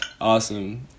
awesome